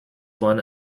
one